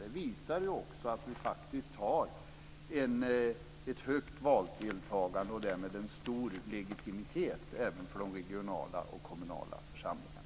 Det visar sig ju också genom att Sverige har ett högt valdeltagande och därmed en stor legitimitet även för de regionala och kommunala församlingarna.